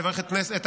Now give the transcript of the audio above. לברך את הכנסת.